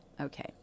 okay